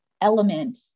element